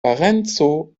parenco